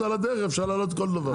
אז על הדרך אפשר להעלות אותו דבר.